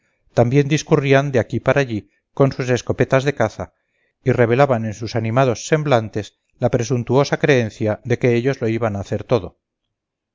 también discurrían de aquí para allí con sus escopetas de caza y revelaban en sus animados semblantes la presuntuosa creencia de que ellos lo iban a hacer todo